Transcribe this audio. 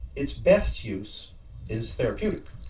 its best use is therapeutic.